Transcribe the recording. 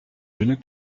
genoux